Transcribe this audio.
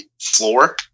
floor